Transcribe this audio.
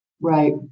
Right